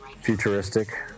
futuristic